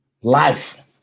Life